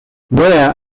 where